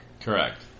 Correct